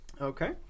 Okay